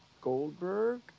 Goldberg